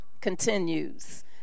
continues